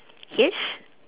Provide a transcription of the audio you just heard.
yes